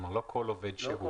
כלומר לא כל עובד שהוא.